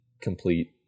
complete